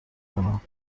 کنم